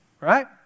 Right